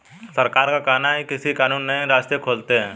सरकार का कहना है कि कृषि कानून नए रास्ते खोलते है